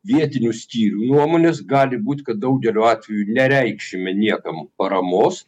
vietinių skyrių nuomonės gali būt kad daugeliu atvejų nereikšime niekam paramos